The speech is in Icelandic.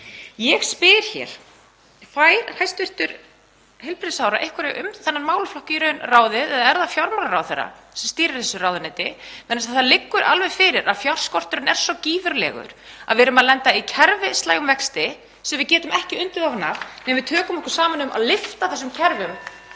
Ég spyr: Fær hæstv. heilbrigðisráðherra einhverju um þennan málaflokk í raun ráðið eða er það fjármálaráðherra sem stýrir þessu ráðuneyti? Það liggur alveg fyrir að fjárskorturinn er svo gífurlegur að við erum að lenda í kerfislægum vexti sem við getum ekki undið ofan af nema (Forseti hringir.) við tökum okkur saman um að lyfta þessum kerfum